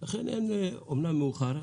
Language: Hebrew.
אמנם מאוחר,